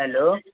hello